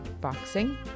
Boxing